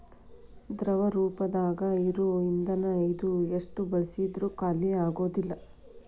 ದ್ರವ ರೂಪದಾಗ ಇರು ಇಂದನ ಇದು ಎಷ್ಟ ಬಳಸಿದ್ರು ಖಾಲಿಆಗುದಿಲ್ಲಾ